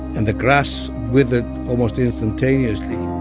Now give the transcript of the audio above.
and the grass withered almost instantaneously